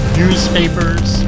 newspapers